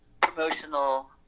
promotional